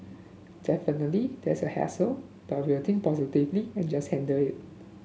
definitely there's a hassle but we will think positively and just handle it